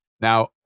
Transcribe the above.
Now